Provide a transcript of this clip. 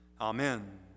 Amen